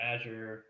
Azure